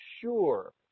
sure